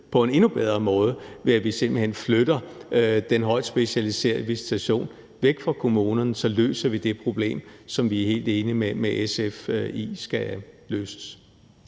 på en endnu bedre måde, ved at vi simpelt hen flytter den højt specialiserede visitation væk fra kommunerne. Så løser vi det problem, som vi er helt enige med SF i skal løses.